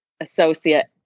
associate